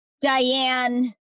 Diane